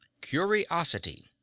curiosity